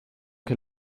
che